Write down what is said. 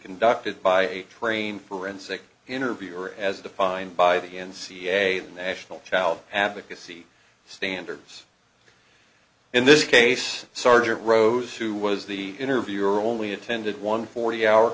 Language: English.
conducted by train forensic interviewer as defined by the n c a a the national child advocacy standards in this case sergeant rose who was the interviewer only attended one forty hour